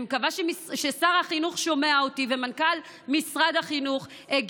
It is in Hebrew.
אני מקווה ששר החינוך ומנכ"ל משרד החינוך שומעים אותי.